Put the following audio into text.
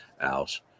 out